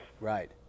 right